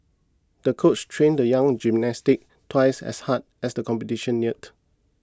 the coach trained the young gymnast twice as hard as the competition neared